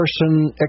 person